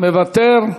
מוותר.